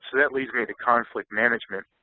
that leads me to conflict management.